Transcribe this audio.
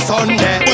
Sunday